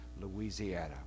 Louisiana